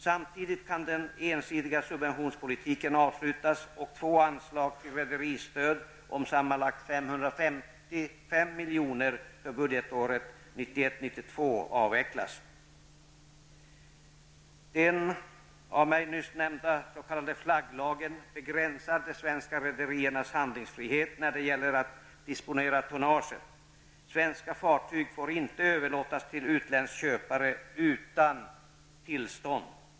Samtidigt kan den ensidiga subventionspolitiken upphöra och två anslag till rederistöd om sammanlagt 555 milj.kr. för budgetåret 1991/92 Den s.k. flagglagen begränsar de svenska rederiernas handlingsfrihet när det gäller att disponera tonnaget. Flagglagen innebär att svenska fartyg inte får överlåtas till utländsk köpare utan tillstånd.